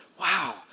wow